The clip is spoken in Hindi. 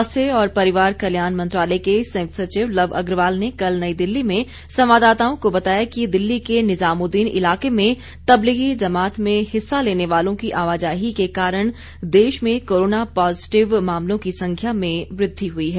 स्वास्थ्य और परिवार कल्याण मंत्रालय के संयुक्त सचिव लव अग्रवाल ने कल नई दिल्ली में संवाददाताओं को बताया कि दिल्ली के निजामुद्दीन इलाके में तबलीगी जमात में हिस्सा लेने वालों की आवाजाही के कारण देश में कोरोना पॉजिटिव मामलों की संख्या में वृद्वि हई है